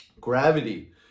Gravity